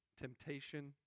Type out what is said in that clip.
temptation